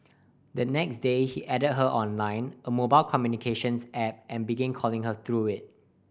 the next day he added her on Line a mobile communications app and began calling her through it